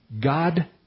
God